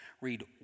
Read